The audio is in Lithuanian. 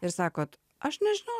ir sakot aš nežinau